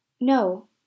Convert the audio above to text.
No